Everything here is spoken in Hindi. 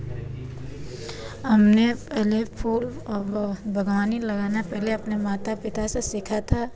हमने पहले फूल बगानी लगाना पहले अपने माता पिता से सीखा था